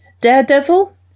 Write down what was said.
Daredevil